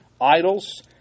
idols